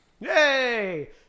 Yay